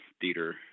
theater